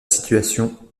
situation